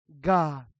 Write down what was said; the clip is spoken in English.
God